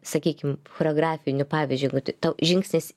sakykim choreografiniu pavyzdžiu jei būtų tau žingsnis